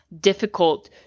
difficult